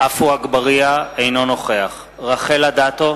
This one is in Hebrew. עפו אגבאריה, אינו נוכח רחל אדטו,